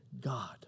God